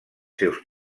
seus